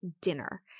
dinner